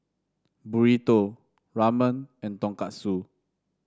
Burrito Ramen and Tonkatsu